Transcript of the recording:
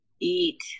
eat